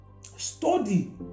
Study